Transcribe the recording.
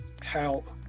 help